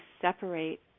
separate